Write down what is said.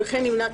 וכן ימנע,